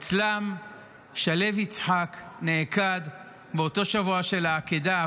אצלם שלו יצחק נעקד באותו שבוע של העקדה,